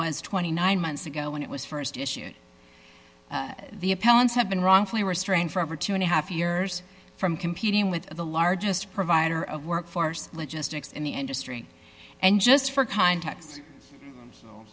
was twenty nine months ago when it was st issued the appellants have been wrongfully restrained for over two and a half years from competing with the largest provider of workforce logistics in the industry and just for